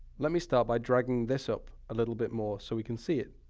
let me start by dragging this up a little bit more, so we can see it.